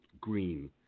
Green